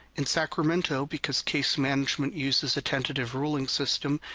in sacramento, because case management uses a tentative ruling system,